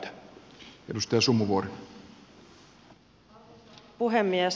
arvoisa puhemies